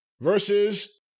versus